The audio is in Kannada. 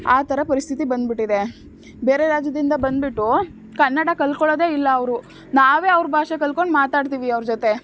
ಆ ಥರ ಪರಿಸ್ತಿತಿ ಬಂದುಬಿಟ್ಟಿದೆ ಬೇರೆ ರಾಜ್ಯದಿಂದ ಬಂದುಬಿಟ್ಟು ಕನ್ನಡ ಕಲ್ತಕೊಳ್ಳೋದೇ ಇಲ್ಲ ಅವರು ನಾವೇ ಅವ್ರ ಭಾಷೆ ಕಲ್ಕೊಂಡು ಮಾತಾಡ್ತಿವಿ ಅವ್ರ ಜೊತೆ